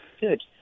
Good